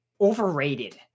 overrated